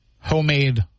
homemade